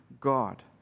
God